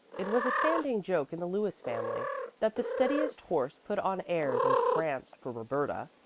it was a standing joke in the lewis family that the steadiest horse put on airs and pranced for roberta.